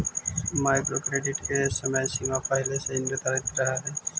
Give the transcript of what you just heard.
micro credit के समय सीमा पहिले से निर्धारित रहऽ हई